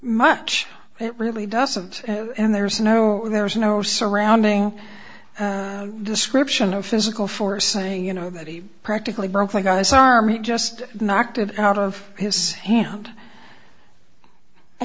much it really doesn't and there's no there's no surrounding description of physical force saying you know that he practically broke a guy's army just knocked it out of his hand i